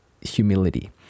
humility